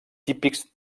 típics